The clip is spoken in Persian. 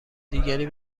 دیگری